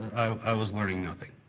i was learning nothing.